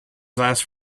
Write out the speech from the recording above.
last